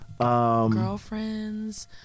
Girlfriends